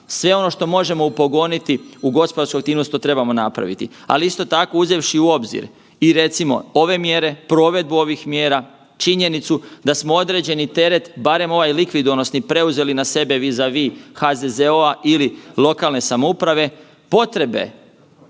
Sve ono što možemo upogoniti u gospodarsku aktivnost to trebamo napraviti, ali isto tako uzevši u obzir i recimo ove mjere, provedbu ovih mjera, činjenicu da smo određeni teret, barem ovaj likvidonosni, preuzeli na sebi vi za vi HZZO-a ili lokalne samouprave. Potrebe